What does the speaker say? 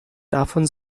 davon